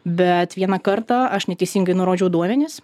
bet vieną kartą aš neteisingai nurodžiau duomenis